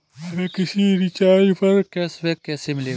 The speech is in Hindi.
हमें किसी रिचार्ज पर कैशबैक कैसे मिलेगा?